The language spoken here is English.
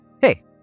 Hey